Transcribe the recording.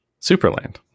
Superland